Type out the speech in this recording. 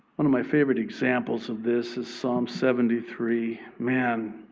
one of my favorite examples of this is psalm seventy three. man,